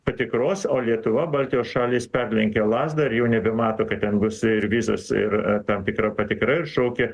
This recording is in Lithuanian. patikros o lietuva baltijos šalys perlenkia lazdą ir jau nebemato kad ten bus ir vizos ir tam tikra patikra ir šaukia